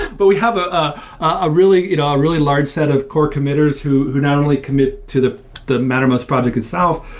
but we have ah ah ah a you know ah really large set of core committers who who not only commit to the the mattermost project itself,